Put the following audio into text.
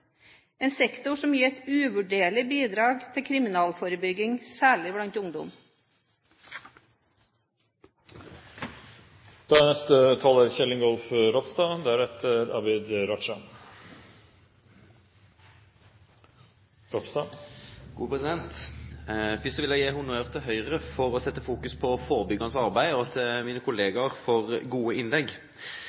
en sektor som gir et uvurderlig bidrag til kriminalitetsforebygging særlig blant ungdom. Først vil jeg gi honnør til Høyre for å fokusere på forebyggende arbeid og til mine kollegaer for gode innlegg.